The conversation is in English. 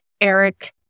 Eric